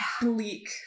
bleak